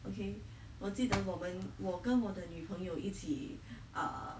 okay 我记得我们我跟我的女朋友一起 uh